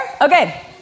Okay